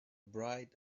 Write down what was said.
bright